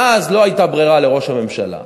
ואז לא הייתה ברירה לראש הממשלה,